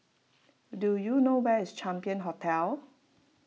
do you know where is Champion Hotel